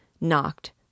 knocked